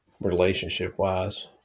relationship-wise